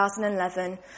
2011